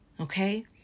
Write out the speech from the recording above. Okay